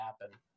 happen